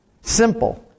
Simple